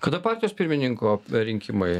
kada partijos pirmininko rinkimai